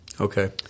Okay